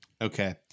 Okay